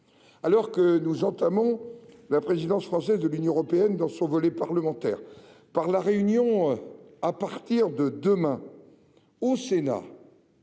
Alors que nous entamons la présidence française du Conseil de l'Union européenne, dans son volet parlementaire, par la réunion à partir de demain au Sénat